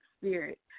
spirit